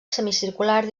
semicircular